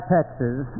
Texas